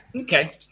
Okay